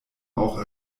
auch